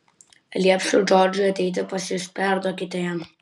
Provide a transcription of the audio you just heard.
liepsiu džordžui ateiti pas jus perduokite jam